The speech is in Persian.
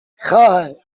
خواهر